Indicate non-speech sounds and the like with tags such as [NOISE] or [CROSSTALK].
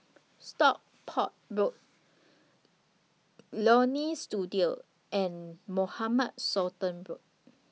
[NOISE] Stockport Road Leonie Studio and Mohamed Sultan Road